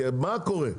כי מה קורה?